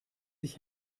sich